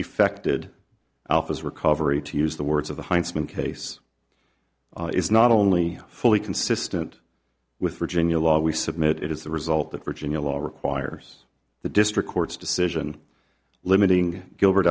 effected alpha's recovery to use the words of the huntsman case is not only fully consistent with virginia law we submit it is the result of virginia law requires the district court's decision limiting gilbert